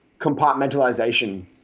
Compartmentalization